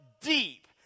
deep